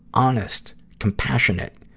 honest, compassionate,